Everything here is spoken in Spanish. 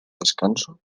descanso